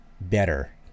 better